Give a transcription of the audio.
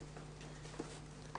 נחום.